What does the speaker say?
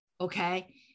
Okay